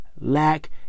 lack